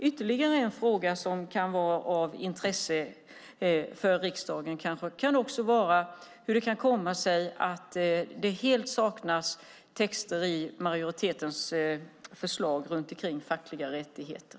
Ytterligare en fråga av intresse för riksdagen kan vara hur det kan komma sig att det helt saknas texter i majoritetens förslag om fackliga rättigheter.